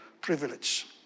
privilege